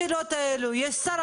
היא כותבת: "יש לאפשר